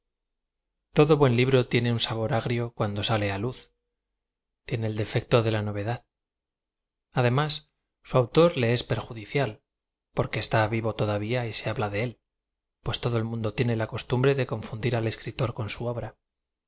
todo buen libro tiene un sabor agrio cuando sale á luz tiene el defecto de la novedad además au autor le es perjudicial porque está v iv o todavía se habla de él pues todo el mundo tiene la costumbre de coniandir al escritor con su obra